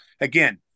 Again